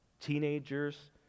teenagers